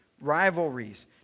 rivalries